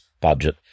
budget